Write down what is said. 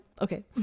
Okay